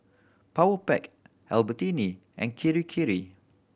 Powerpac Albertini and Kirei Kirei